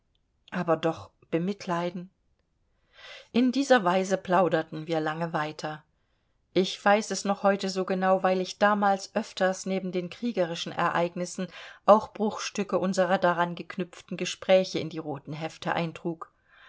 aber doch bemitleiden in dieser weise plauderten wir lange weiter ich weiß es noch heute so genau weil ich damals öfters neben den kriegerischen ereignissen auch bruchstücke unserer daran geknüpften gespräche in die roten hefte eintrug